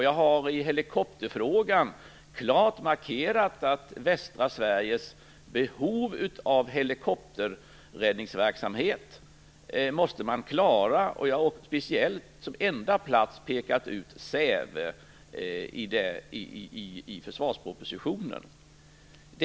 Jag har i helikopterfrågan klart markerat att västra Sveriges behov av helikopterräddningsverksamhet måste klaras. Som enda plats har jag i försvarspropositionen pekat ut Säve.